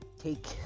take